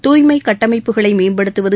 துய்மை கட்டமைப்புகளை மேம்படுத்துவது